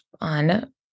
on